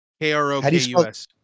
K-R-O-K-U-S